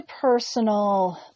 personal